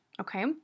okay